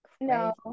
No